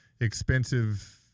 expensive